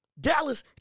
Dallas